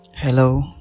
hello